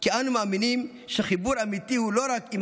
כי אנו מאמינים שחיבור אמיתי הוא לא רק עם